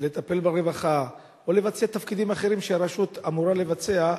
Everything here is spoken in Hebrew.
לטפל ברווחה או לבצע תפקידים אחרים שהרשות אמורה לבצע,